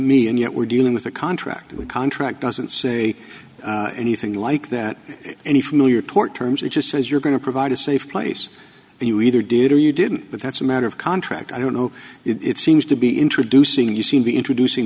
me and yet we're dealing with a contract we contract doesn't say anything like that any familiar tort terms it just says you're going to provide a safe place and you either did or you didn't but that's a matter of contract i don't know it seems to be introducing you seem to be introducing